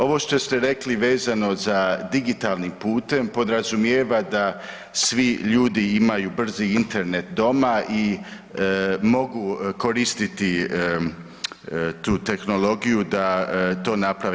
Ovo što ste rekli vezano za digitalnim putem podrazumijeva da svi ljudi imaju brzi Internet doma i mogu koristiti tu tehnologiju da to naprave.